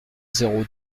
zéro